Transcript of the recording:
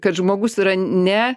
kad žmogus yra ne